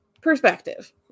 perspective